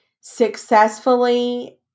successfully